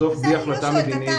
בסוף זו החלטה מדינית,